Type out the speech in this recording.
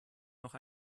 noch